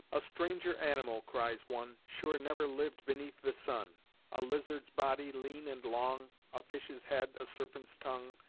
a stranger animal cries one, sure never liv'd beneath the sun a lizard's body lean and long, a fish's head, a serpent's tongue,